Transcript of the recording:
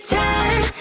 time